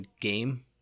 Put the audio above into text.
game